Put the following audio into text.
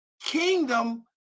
kingdom